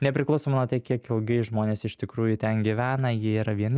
nepriklausomai nuo tai kiek ilgai žmonės iš tikrųjų ten gyvena ji yra vieni